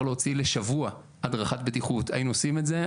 להוציא לשבוע הדרכת בטיחות היינו עושים את זה,